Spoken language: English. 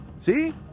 See